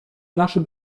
naszym